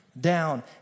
down